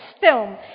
film